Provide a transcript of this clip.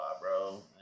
bro